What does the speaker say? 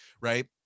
right